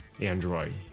android